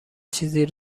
چیزی